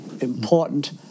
important